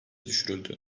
düşürüldü